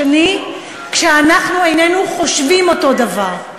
השני כשאנחנו איננו חושבים אותו דבר.